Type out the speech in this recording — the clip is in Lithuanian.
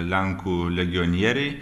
lenkų legionieriai